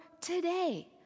today